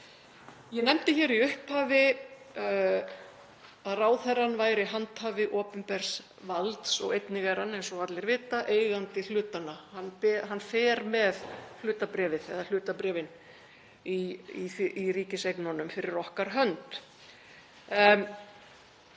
Ég nefndi hér í upphafi að ráðherrann væri handhafi opinbers valds og einnig er hann, eins og allir vita, eigandi hlutanna. Hann fer með hlutabréfið eða hlutabréfin í ríkiseignunum fyrir okkar hönd.